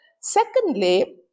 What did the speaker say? Secondly